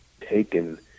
taken